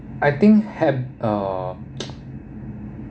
I think have uh